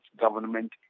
government